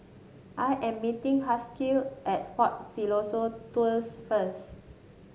I am meeting Haskell at Fort Siloso Tours first